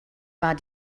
war